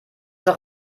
doch